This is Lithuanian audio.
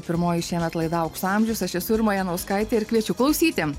pirmoji šiemet laida aukso amžius aš esu irma janauskaitė ir kviečiu klausyti